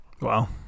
Wow